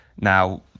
Now